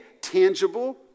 tangible